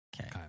okay